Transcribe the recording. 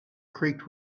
creaked